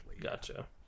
gotcha